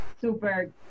super